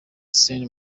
sainte